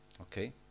Okay